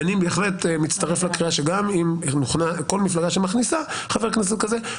אני בהחלט מצטרף לקריאה שכל מפלגה שמכניסה חבר כנסת כזה,